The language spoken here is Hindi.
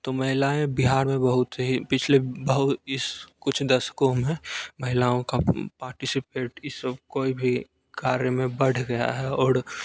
तो महिलाएँ बिहार में बहुत ही पिछले बहु इस कुछ दशकों में महिलाओं का पार्टीसीपेट इन सब कोई भी कार्य में बढ़ गया है औड़